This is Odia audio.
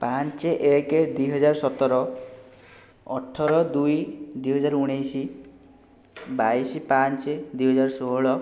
ପାଞ୍ଚ ଏକ ଦୁଇହଜାର ସତର ଅଠର ଦୁଇ ଦୁଇହଜାର ଉଣେଇଶ ବାଇଶ ପାଞ୍ଚ ଦୁଇହଜାର ଷୋହଳ